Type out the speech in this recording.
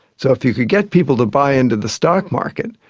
so if you could get people to buy into the stock market,